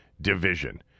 Division